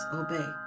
obey